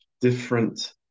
different